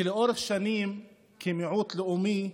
כי לאורך שנים, כמיעוט לאומי,